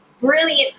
brilliant